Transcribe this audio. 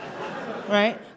Right